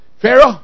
Pharaoh